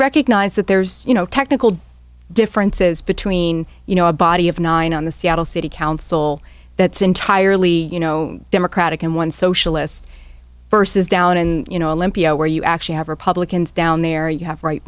recognize that there's you know technical differences between you know a body of nine on the seattle city council that's entirely you know democratic and one socialist versus down in you know olympia where you actually have republicans down there you have right